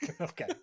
Okay